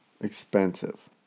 Expensive